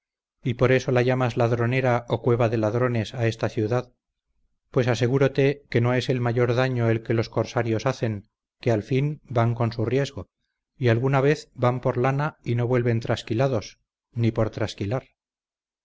y por eso la llamas ladronera o cueva de ladrones a esta ciudad pues asegurote que no es el mayor daño el que los corsarios hacen que al fin van con su riesgo y alguna vez van por lana y no vuelven trasquilados ni por trasquilar